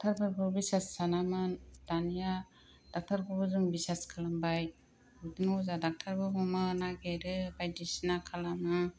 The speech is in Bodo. ड'क्टरफोरखौ बिसास सानामोन दानिया ड'क्टरखौबो जों बिसास खालामबाय अजा ड'क्टरबो हमो बायदि सिना खालामो